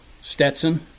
Stetson